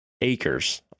acres